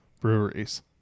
breweries